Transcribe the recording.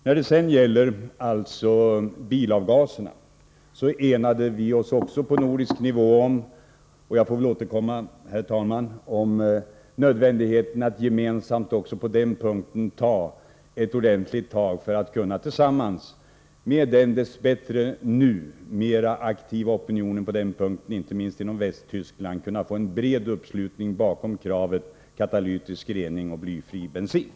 Vad beträffar bilavgaserna enade vi oss på nordisk nivå om nödvändigheten av att gemensamt också på den punkten ta ett ordentligt tag för att — med den nu dess bättre mer aktiva opinionen på det här området, inte minst inom Västtyskland — kunna få en bred uppslutning bakom kravet på katalytisk rening och blyfri bensin.